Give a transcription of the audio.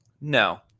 No